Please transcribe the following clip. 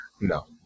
no